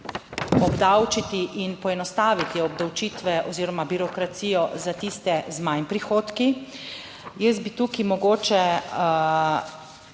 obdavčiti in poenostaviti obdavčitve oziroma birokracijo za tiste z manj prihodki. Jaz bi tukaj mogoče